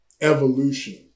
evolution